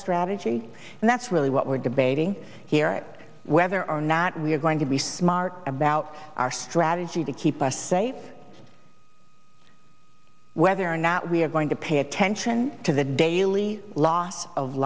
strategy and that's really what we're debating here whether or not we are going to be smart about our strategy to keep us safe whether or not we are going to pay attention to the daily loss of